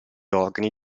organi